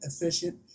efficient